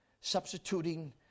substituting